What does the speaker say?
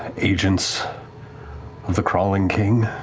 agents of the crawling king.